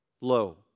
low